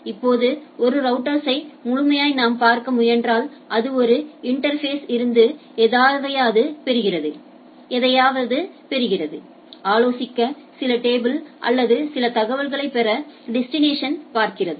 இப்போது ஒரு ரௌட்டர்ஸ்யை முழுமையாய் நாம் பார்க்க முயன்றால் அது ஒரு இன்டா்ஃபேஸில் இருந்து எதையாவது பெறுகிறது ஆலோசிக்க சில டேபிள் அல்லது சில தகவல்களைப் பெற டெஸ்டினேஷனை பார்க்கிறது